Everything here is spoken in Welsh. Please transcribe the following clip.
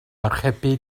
archebu